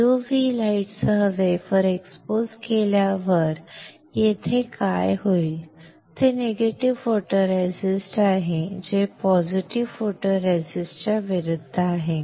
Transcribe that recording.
UV प्रकाशासह wafer expose केल्यावर येथे क्षेत्र काय होईल ते नीगेटिव्ह फोटोरेसिस्ट आहे जे पॉझिटिव्ह फोटोरेसिस्ट च्या विरुद्ध आहे